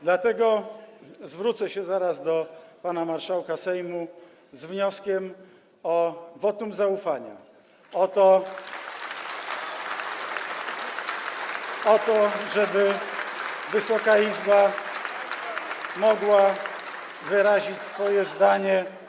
Dlatego zwrócę się zaraz do pana marszałka Sejmu z wnioskiem o wotum zaufania, o to, żeby Wysoka Izba mogła wyrazić swoje zdanie.